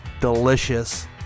delicious